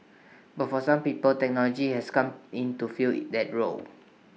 but for some people technology has come in to fill that role